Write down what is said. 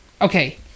okay